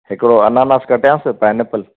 हिकिड़ो अनानास कटियांस पाइनेपल